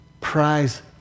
prize